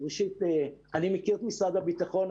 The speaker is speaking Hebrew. אני מכיר את משרד הביטחון.